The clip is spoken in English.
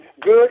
good